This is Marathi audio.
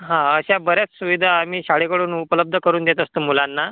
हा अशा बऱ्याच सुविधा आम्ही शाळेकडून उपलब्ध करून देत असतो मुलांना